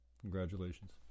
Congratulations